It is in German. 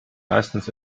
meistens